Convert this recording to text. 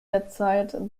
derzeit